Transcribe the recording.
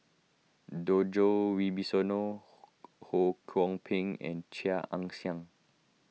Wibisono Ho Kwon Ping and Chia Ann Siang